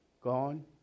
gone